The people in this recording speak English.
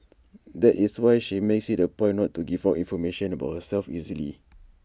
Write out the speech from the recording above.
that is why she makes IT A point not to give out information about herself easily